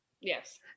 yes